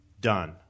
Done